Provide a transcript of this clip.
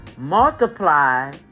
Multiply